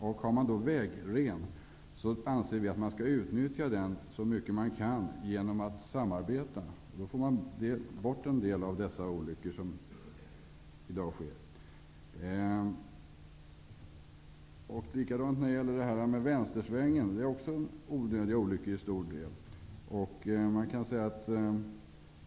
Finns det vägren, anser vi att man skall samarbeta genom att utnyttja den så mycket man kan. Då får man bort en del av de olyckor som sker i dag. Olyckor i samband med vänstersväng är också till stor del onödiga.